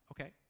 okay